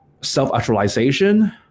Self-actualization